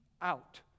out